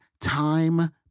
time